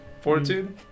Fortitude